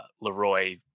Leroy